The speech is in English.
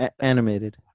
Animated